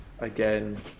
Again